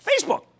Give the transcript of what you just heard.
Facebook